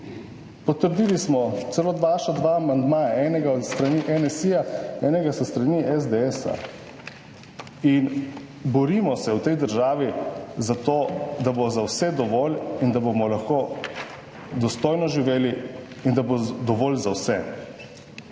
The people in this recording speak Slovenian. potrdili smo celo dva vaša amandmaja, enega s strani NSi, enega s strani SDS. In borimo se v tej državi za to, da bo za vse dovolj in da bomo lahko dostojno živeli, da bo dovolj za vse.